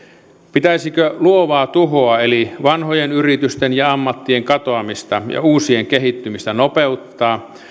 pitäisikö luovaa tuhoa eli vanhojen yritysten ja ammattien katoamista ja uusien kehittymistä nopeuttaa